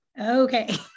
Okay